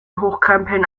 hochkrempeln